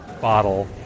bottle